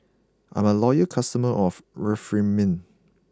I'm a loyal customer of Remifemin